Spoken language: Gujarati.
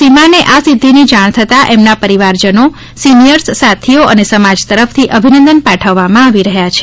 સીમાને આ સિદ્ધિની જાણ થતા એના પરિવારજનો એના સિનિથર્સ એના સાથીઓ અને સમાજ તરફથી અભિનંદન પાઠવવામાં આવી રહ્યા છે